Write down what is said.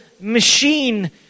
machine